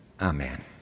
Amen